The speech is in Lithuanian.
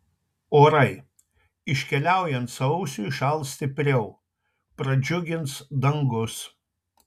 orai iškeliaujant sausiui šals stipriau pradžiugins dangus